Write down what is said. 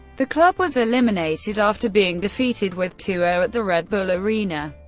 the club was eliminated after being defeated with two zero at the red bull arena.